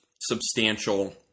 substantial